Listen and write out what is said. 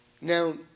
Now